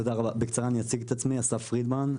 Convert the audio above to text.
בקצרה אני אציג את עצמי, אסף פרידמן.